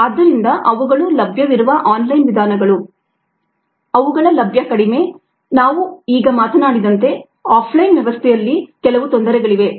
ಆದ್ದರಿಂದ ಅವುಗಳು ಲಭ್ಯವಿರುವ ಆನ್ ಲೈನ್ ವಿಧಾನಗಳು ಅವುಗಳ ಲಭ್ಯ ಕಡಿಮೆ ನಾವು ಈಗ ಮಾತನಾಡಿದಂತೆ ಆಫ್ ಲೈನ್ ವ್ಯವಸ್ಥೆಯಲ್ಲಿ ಕೆಲವು ತೊಂದರೆಗಳಿವೆ